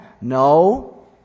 No